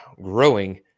growing